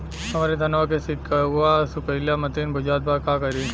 हमरे धनवा के सीक्कउआ सुखइला मतीन बुझात बा का करीं?